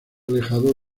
alejado